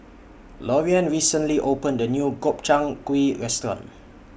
Loriann recently opened A New Gobchang Gui Restaurant